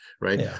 right